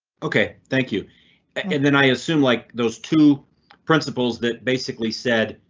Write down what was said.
ok, thank you and then i assume like those two principles that basically said.